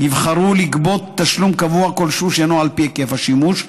יבחרו לגבות תשלום קבוע כלשהו שאינו על פי היקף השימוש,